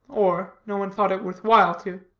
or, no one thought it worth while to.